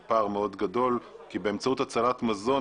זה פער מאוד גדול כי באמצעות הצלת מזון,